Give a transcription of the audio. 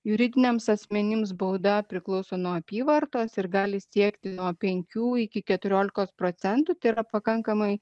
juridiniams asmenims bauda priklauso nuo apyvartos ir gali siekti nuo penkių iki keturiolikos procentų tai yra pakankamai